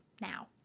now